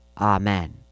Amen